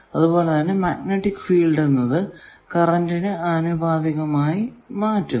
അതുപോലെ magnetic field എന്നത് കറന്റിനു ആനുപാതികമാക്കി മാറ്റുന്നു